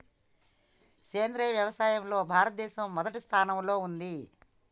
సేంద్రియ వ్యవసాయంలో భారతదేశం మొదటి స్థానంలో ఉంది